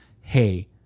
Hey